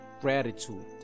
gratitude